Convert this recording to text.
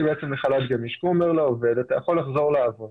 כי הוא אומר לעובד: אתה יכול לחזור לעבוד